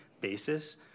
basis